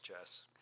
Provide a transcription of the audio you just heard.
chess